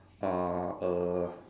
uh a